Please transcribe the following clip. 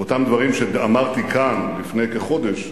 באותם דברים שאמרתי כאן לפני כחודש,